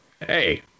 Hey